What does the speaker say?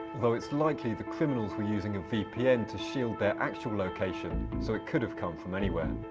though it's likely the criminals were using a vpn to shield their actual location, so it could have come from anywhere.